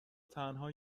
تنها